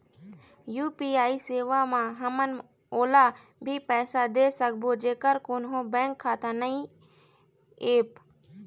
UPI सेवा म हमन ओला भी पैसा दे सकबो जेकर कोन्हो बैंक खाता नई ऐप?